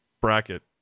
bracket